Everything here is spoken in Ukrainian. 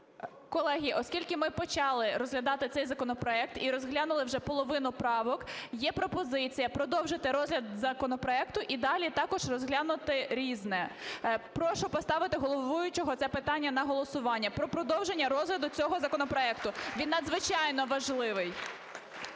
Колеги, оскільки ми почали розглядати цей законопроект і розглянули вже половину правок, є пропозиція продовжити розгляд законопроекту і далі також розглянути "Різне". Прошу поставити головуючого це питання на голосування – про продовження розгляду цього законопроекту, він надзвичайно важливий.